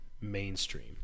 mainstream